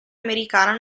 americana